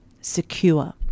secure